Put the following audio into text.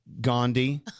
Gandhi